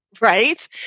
right